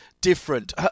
different